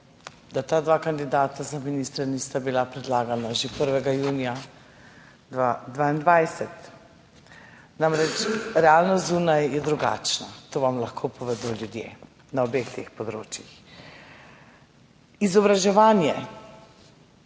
da ta dva kandidata za ministra nista bila predlagana že 1. junija 2022. Namreč realnost zunaj je drugačna, to vam lahko povedo ljudje na obeh teh področjih. Izobraževanje